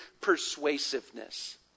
persuasiveness